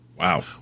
Wow